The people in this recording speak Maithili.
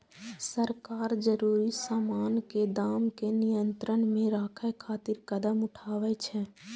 सरकार जरूरी सामान के दाम कें नियंत्रण मे राखै खातिर कदम उठाबै छै